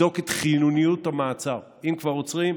לבדוק את חיוניות המעצר, אם כבר עוצרים.